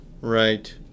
right